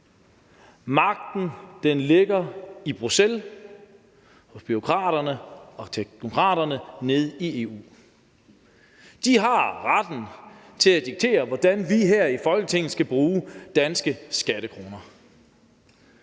Magten ligger i Bruxelles hos bureaukraterne og teknokraterne nede i EU. De har retten til at diktere, hvordan vi her i Folketinget skal bruge danske skattekroner.